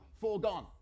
foregone